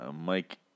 Mike